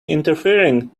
interfering